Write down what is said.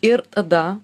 ir tada